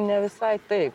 ne visai taip